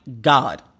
God